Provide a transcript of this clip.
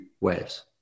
waves